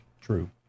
true